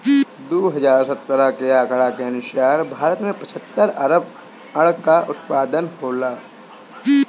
दू हज़ार सत्रह के आंकड़ा के अनुसार भारत में पचहत्तर अरब अंडा कअ उत्पादन होला